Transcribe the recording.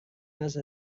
است